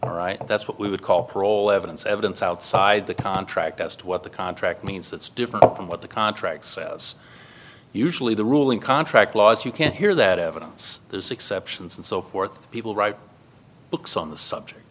are right that's what we would call parole evidence evidence outside the contract as to what the contract means that's different from what the contract says usually the ruling contract laws you can't hear that evidence is exceptions and so forth people write books on the subject